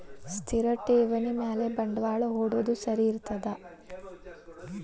ಸ್ಥಿರ ಠೇವಣಿ ಮ್ಯಾಲೆ ಬಂಡವಾಳಾ ಹೂಡೋದು ಸರಿ ಇರ್ತದಾ?